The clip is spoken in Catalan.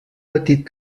petit